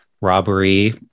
robbery